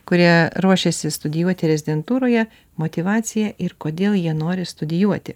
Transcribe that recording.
kurie ruošiasi studijuoti rezidentūroje motyvaciją ir kodėl jie nori studijuoti